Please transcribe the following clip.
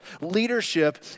Leadership